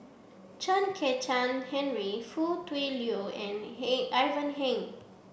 Chen Kezhan Henri Foo Tui Liew and Ivan Heng